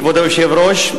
כבוד היושב-ראש,